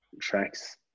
tracks